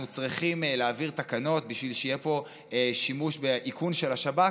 אנחנו צריכים להעביר תקנות בשביל שיהיה פה שימוש באיכון של השב"כ,